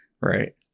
Right